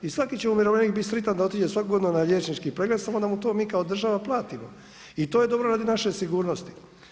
I svaki će umirovljenik biti sretan da otiđe svake godine na liječnički pregled samo da mu to mi kao država platimo i to je dobro radi naše sigurnosti.